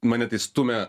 mane tai stumia